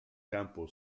campo